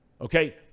Okay